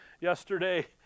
yesterday